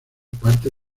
parte